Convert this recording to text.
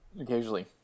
occasionally